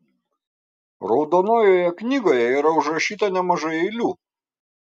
raudonojoje knygoje yra užrašyta nemažai eilių